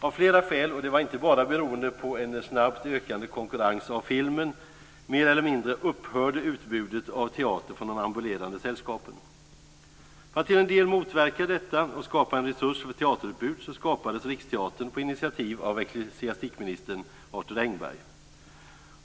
Av flera skäl, och det var inte bara beroende på en snabbt ökande konkurrens från filmen, mer eller mindre upphörde utbudet av teater från de ambulerande sällskapen. För att till en del motverka detta och skapa en resurs för teaterutbud skapades Riksteatern på initiativ av ecklesiastikminister Arthur Engberg.